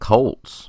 Colts